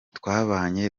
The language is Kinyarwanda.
twabaye